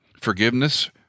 forgiveness